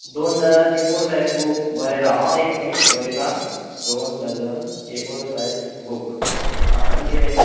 दोन dozen A four size book बरे राव आ एक मिनीट बरयतां दोन dozen A four size book आ आनीक किदें